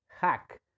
hack